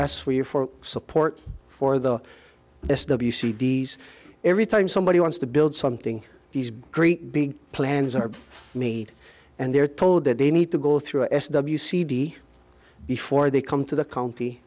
ask for your for support for the s w c d s every time somebody wants to build something these great big plans are made and they're told that they need to go through a s w cd before they come to the county